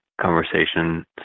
conversation